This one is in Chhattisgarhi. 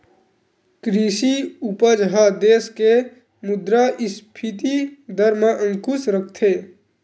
कृषि उपज ह देस के मुद्रास्फीति दर म अंकुस रखथे